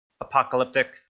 apocalyptic